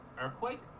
earthquake